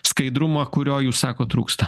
skaidrumą kurio jūs sakot trūksta